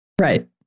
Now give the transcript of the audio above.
Right